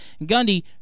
Gundy